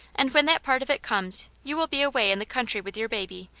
and when that part of it comes you will be away in the country with your baby,